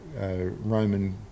Roman